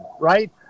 right